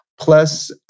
Plus